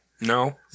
No